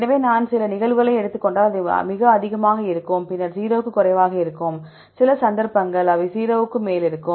எனவே நாம் சில நிகழ்வுகளை எடுத்துக் கொண்டால் அது மிக அதிகமாக இருக்கும் பின்னர் 0 க்கும் குறைவாக இருக்கும் சில சந்தர்ப்பங்கள் அவை 0 க்கு மேல் இருக்கும்